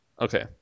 Okay